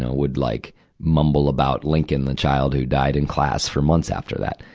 ah would, like, mumble about lincoln, the child who died, in class for months after that.